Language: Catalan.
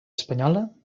espanyola